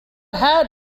had